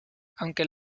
aunque